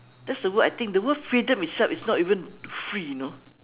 that's the word I think the word freedom itself is not even free you know